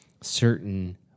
certain